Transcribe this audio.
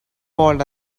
fault